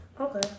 Okay